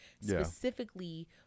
specifically